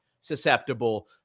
susceptible